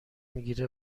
میگیره